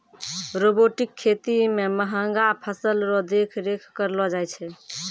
robotic खेती मे महंगा फसल रो देख रेख करलो जाय छै